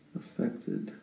affected